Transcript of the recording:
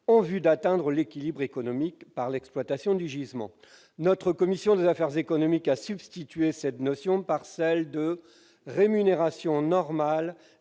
en vue d'atteindre l'équilibre économique par l'exploitation du gisement ». Notre commission des affaires économiques a substitué à cette notion celle de « rémunération normale